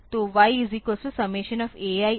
तो y ∑ai xi